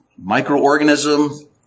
microorganism